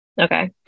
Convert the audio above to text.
Okay